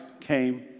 came